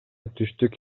түштүк